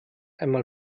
einmal